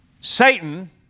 Satan